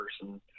person